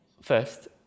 first